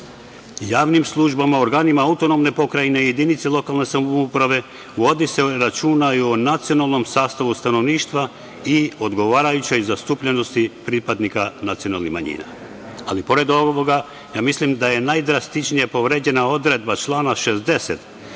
javnim službama, organima autonomne pokrajine, jedinicama lokalne samouprave vodi se računa i o nacionalnom sastavu stanovništva i odgovarajućoj zastupljenosti pripadnika nacionalnih manjina. Ali pored ovoga, mislim da je najdrastičnije povređena odredba člana 60.